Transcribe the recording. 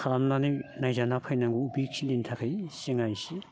खालामनानै नायजाना फैनांगौ बेखिनिनि थाखाय जोंना एसे